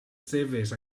seves